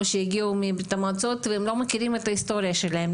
או שהגיעו מברית המועצות והם לא מכירים את ההיסטוריה שלהם,